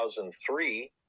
2003